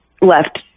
left